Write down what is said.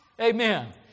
amen